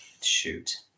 Shoot